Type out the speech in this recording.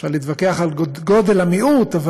אפשר להתווכח על גודל המיעוט.